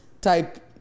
type